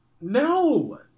No